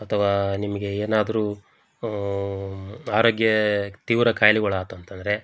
ಅಥವಾ ನಿಮಗೆ ಏನಾದರೂ ಆರೋಗ್ಯ ತೀವ್ರ ಖಾಯ್ಲೆಗಳಾತು ಅಂತಂದರೆ